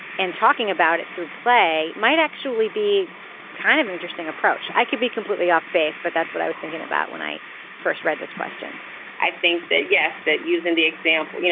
and talking about it through play might actually be kind of interesting approach. i could be completely off base, but that's what i was thinking about when i first read this question i think that yes, that using the example, you